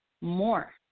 More